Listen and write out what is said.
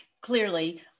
clearly